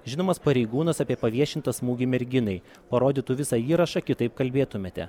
žinomas pareigūnas apie paviešintą smūgį merginai parodytų visą įrašą kitaip kalbėtumėte